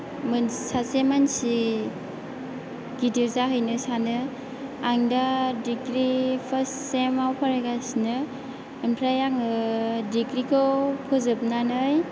मोन सासे मानसि गिदिर जाहैनो सानो आं दा दिग्रि फार्स्ट सेमाव फरायगासिनो ओमफ्राय आङो दिग्रि खौ फोजोबनानै